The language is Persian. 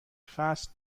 فصل